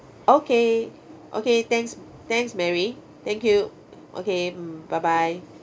okay okay thanks thanks mary thank you okay mm bye bye